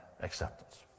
acceptance